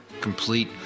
complete